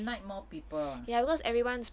oh at night more people ah